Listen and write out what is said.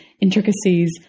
intricacies